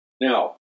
Now